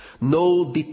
no